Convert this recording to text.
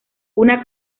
una